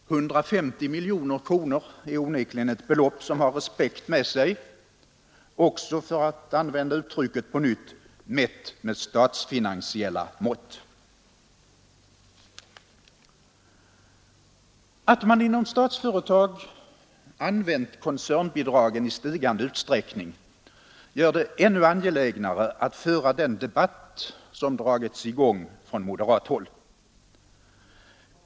150 miljoner kronor är onekligen ett belopp som har respekt med sig också — för att använda uttrycket på nytt — mätt med statsfinansiella mått. Att man inom Statsföretag använt koncernbidrag i stigande utsträckning gör det ännu angelägnare att föra den debatt som dragits i gång från moderat håll.